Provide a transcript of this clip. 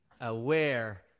aware